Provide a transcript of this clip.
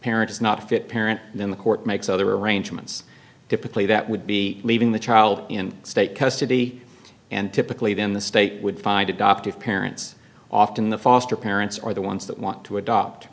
parent is not a fit parent then the court makes other arrangements typically that would be leaving the child in state custody and typically then the state would find adoptive parents often the foster parents are the ones that want to adopt